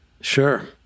Sure